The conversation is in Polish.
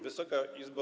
Wysoka Izbo!